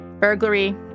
Burglary